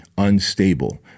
unstable